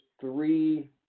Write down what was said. three